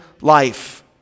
life